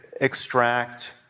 extract